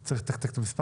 עדיין צריך לתת מספר